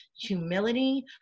humility